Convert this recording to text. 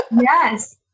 yes